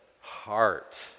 heart